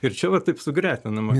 ir čia va taip sugretinama